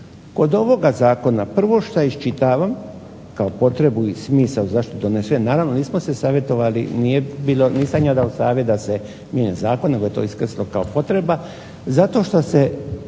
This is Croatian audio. Kod ovoga zakona prvo što iščitavam kao potrebu i smisao zašto je donesen, naravno nismo se savjetovali, nisam ja dao savjet da se mijenja zakon nego je to iskrslo kao potreba zato što se